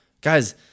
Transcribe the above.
Guys